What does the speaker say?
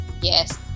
Yes